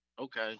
okay